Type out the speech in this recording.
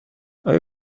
آیا